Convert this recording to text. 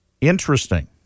interesting